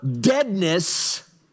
deadness